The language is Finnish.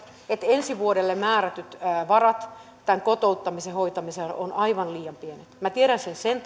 että ensi vuodelle määrätyt varat tämän kotouttamisen hoitamiseen ovat aivan liian pienet minä tiedän sen sen